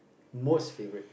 most favourite